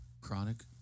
Chronic